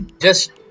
Just-